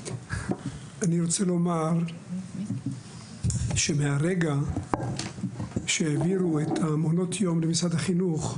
אני רוצה לומר שמרגע שהעבירו את מעונות היום למשרד החינוך,